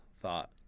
thought